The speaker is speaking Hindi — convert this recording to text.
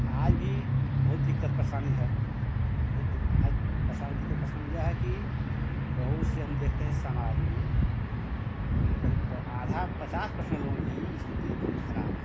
आज भी बहुत दिक्कत परेशानी है फिर दिक्कत परेशानी ये है कि बहुत से हम देखते हैं समाज में करीब आधा पचास पर्सेन्ट लोगों की स्थिति बहुत खराब है